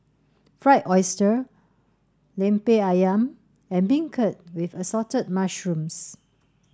fried oyster Lemper Ayam and beancurd with assorted mushrooms